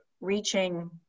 reaching